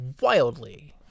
wildly